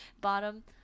Bottom